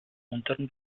unteren